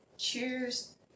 Cheers